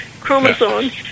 chromosomes